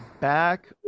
back